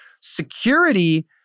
security